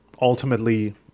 Ultimately